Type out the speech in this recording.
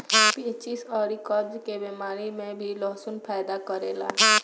पेचिस अउरी कब्ज के बेमारी में भी लहसुन फायदा करेला